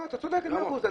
את צודקת במאה אחוז.